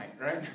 right